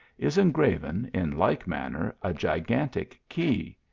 is engraven, in like manner, a gigantic key.